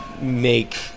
make